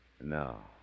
No